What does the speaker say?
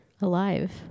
alive